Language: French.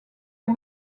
est